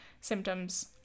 symptoms